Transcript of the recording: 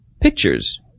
Pictures